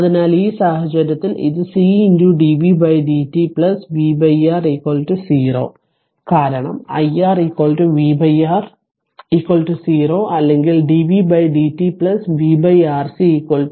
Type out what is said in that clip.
അതിനാൽ ഈ സാഹചര്യത്തിൽ ഇത് C dv dt v R 0 കാരണം iR v R 0 അല്ലെങ്കിൽ dv dt v RC 0